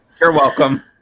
you're welcome.